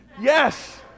Yes